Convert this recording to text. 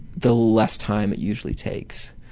the less time it usually takes.